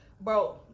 bro